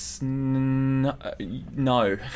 No